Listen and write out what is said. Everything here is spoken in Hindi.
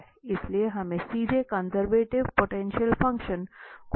इसलिए हमें सीधे कंजर्वेटिव पोटेंशियल फ़ंक्शन को खोजने की आवश्यकता नहीं है